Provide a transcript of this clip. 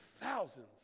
thousands